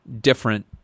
different